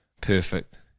perfect